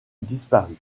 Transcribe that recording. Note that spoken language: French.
disparue